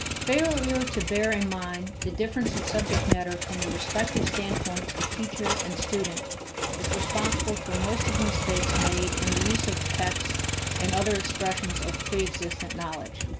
failure to bear in mind the difference in subject matter from the respective standpoints of teacher and student is responsible for most of the mistakes made in the use of texts and other expressions of preexistent knowledge.